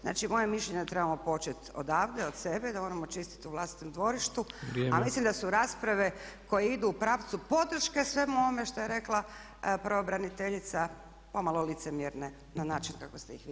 Znači moje mišljenje je da trebamo početi odavde, od sebe i da moramo čistiti u vlastitom dvorištu a mislim da su rasprave koje idu u pravcu podrške svemu ovome što je rekla pravobraniteljica pomalo licemjerne na način kako ste ih vi iznijeli.